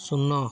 ଶୂନ